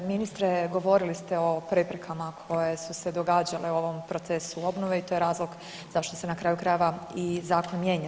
Ministre, govorili ste o preprekama koje su se događale u ovom procesu obnove i to je razloga zašto se na kraju krajeva i Zakon mijenja.